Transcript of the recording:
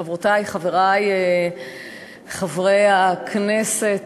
חברותי וחברי חברי הכנסת,